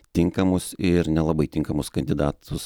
tinkamus ir nelabai tinkamus kandidatus